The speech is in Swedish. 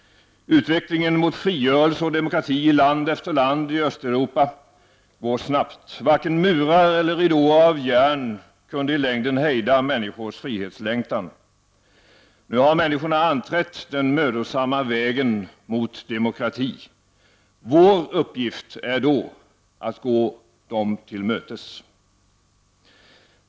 Utvecklingen mot frigörelse och demokrati i land efter land i Östeuropa går snabbt. Varken murar eller ridåer av järn kunde i längden hejda människors frihetslängtan. Nu har människorna anträtt den mödosamma vägen mot demokrati. Vår uppgift är då att gå dem till mötes.